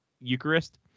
Eucharist